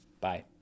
Bye